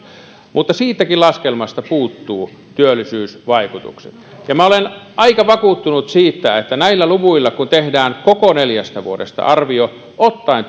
mutta siitäkin laskelmasta puuttuvat työllisyysvaikutukset minä olen aika vakuuttunut siitä että kun näillä luvuilla tehdään koko neljästä vuodesta arvio ottaen